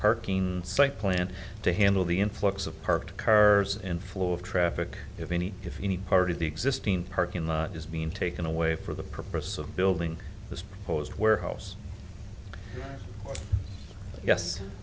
parking site plan to handle the influx of parked cars and flow of traffic if any if any part of the existing parking lot is being taken away for the purpose of building the closed warehouse yes